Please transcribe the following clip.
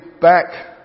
back